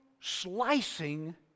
slicing